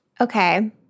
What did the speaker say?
Okay